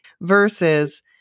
versus